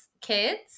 kids